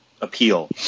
appeal